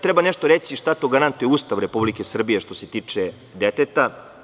Treba nešto reći i šta to garantuje Ustav Republike Srbije, što se tiče deteta.